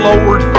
Lord